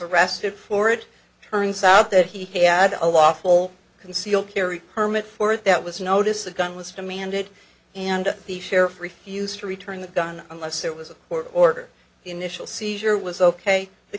arrested for it turns out that he had a lawful concealed carry permit for that was notice the gun was demanded and the sheriff refused to return the gun unless it was a court order initial seizure was ok the